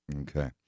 Okay